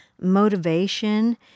motivation